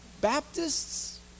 Baptists